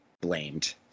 blamed